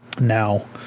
now